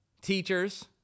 teachers